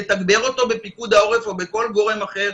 לתגבר אותו בפיקוד העורף או בכל גורם אחר,